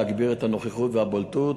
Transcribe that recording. להגביר את הנוכחות והבולטות,